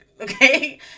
okay